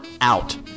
out